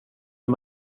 och